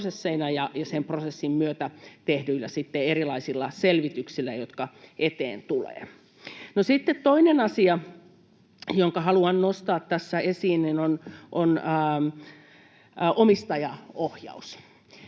ja sen prosessin myötä tehtyinä erilaisina selvityksinä, jotka eteen tulevat. Sitten toinen asia, jonka haluan nostaa tässä esiin, on omistajaohjaus.